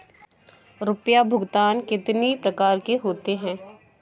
रुपया भुगतान कितनी प्रकार के होते हैं?